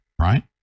right